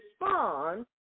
respond